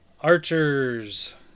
archers